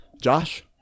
Josh